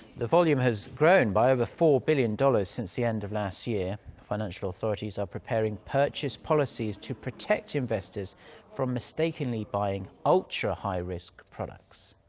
the volume has grown by over four billion dollars since the end of last year. financial authorities are preparing purchase policies to protect investors from mistakenly buying ultra-high-risk products.